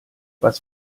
was